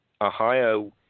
Ohio